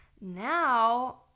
Now